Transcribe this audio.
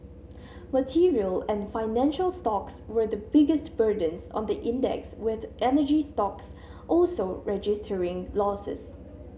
material and financial stocks were the biggest burdens on the index with energy stocks also registering losses